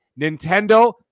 Nintendo